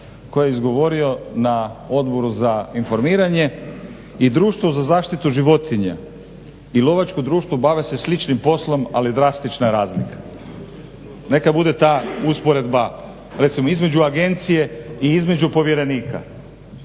koje je izgovorio na Odboru za informiranje i društvo za zaštitu životinja i lovačko društvo bave se sličnim poslom, ali je drastična razlika. Neka bude ta usporedba recimo između agencije i između povjerenika.